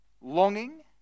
Longing